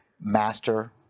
master